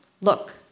Look